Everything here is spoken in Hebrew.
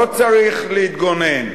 לא צריך להתגונן.